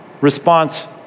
response